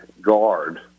guard